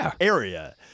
area